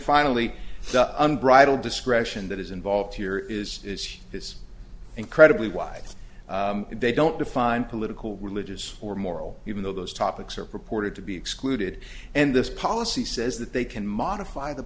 finally unbridled discretion that is involved here is this incredibly wide they don't define political religious or moral even though those topics are purported to be excluded and this policy says that they can modify the